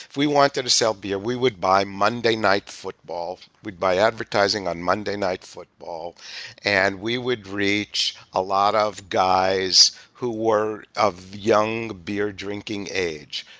if we wanted to sell beer, we would buy monday night football. we'd buy advertising on monday night football and we would reach a lot of guys who were of young beer drinking age.